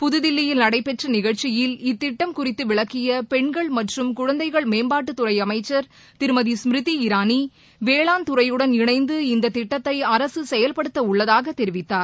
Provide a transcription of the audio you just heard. புதுதில்லியில் நடைபெற்ற நிகழ்ச்சியில் இத்திட்டம் குறித்து விளக்கிய பெண்கள் மற்றும் குழந்தைகள் மேம்பாட்டுத்துறை அமைச்சர் திருமதி ஸ்மிருதி இரானி வேளாண்துறையுடன் இணைந்து இந்தத் திட்டத்தை அரசு செயல்படுத்த உள்ளதாக தெரிவித்தார்